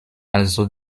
also